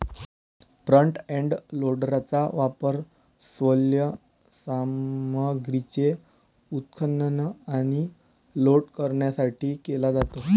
front end लोडरचा वापर सैल सामग्रीचे उत्खनन आणि लोड करण्यासाठी केला जातो